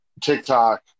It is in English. TikTok